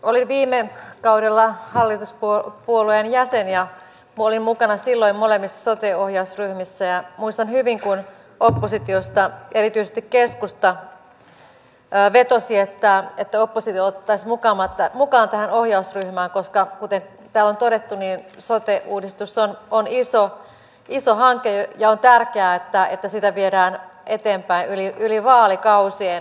olin viime kaudella hallituspuolueen jäsen ja minä olin mukana silloin molemmissa sote ohjausryhmissä ja muistan hyvin kun oppositiosta erityisesti keskusta vetosi että oppositio otettaisiin mukaan tähän ohjausryhmään koska kuten täällä on todettu sote uudistus on iso hanke ja on tärkeää että sitä viedään eteenpäin yli vaalikausien